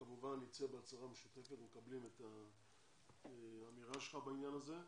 - כמובן נצא בהצהרה משותפת מקבלים את האמירה שלך בעניין הזה.